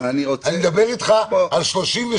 אני בטוחה שכשנכתב התקנון בעניין הזה היה מדובר בשליש אמיתי.